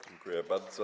Dziękuję bardzo.